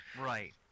right